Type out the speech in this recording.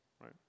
Right